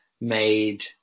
made